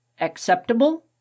Acceptable